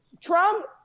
trump